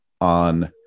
on